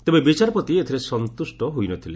ତେବେ ବିଚାରପତି ଏଥିରେ ସନ୍ତୁଷ୍ଟ ହୋଇ ନ ଥିଲେ